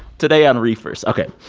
today on reefers ok,